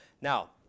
Now